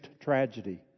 tragedy